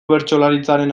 bertsolaritzaren